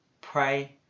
Pray